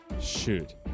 shoot